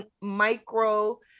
micro